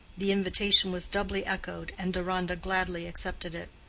the invitation was doubly echoed, and deronda gladly accepted it.